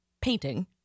painting